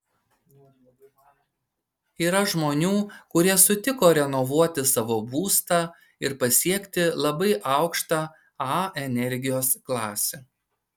yra žmonių kurie sutiko renovuoti savo būstą ir pasiekti labai aukštą a energijos klasę